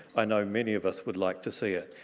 i know many of us would like to see it.